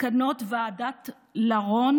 מסקנות ועדת לרון,